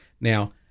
Now